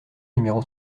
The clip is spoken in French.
numéro